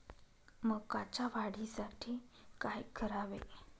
मकाच्या वाढीसाठी काय करावे?